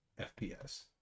FPS